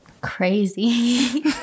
crazy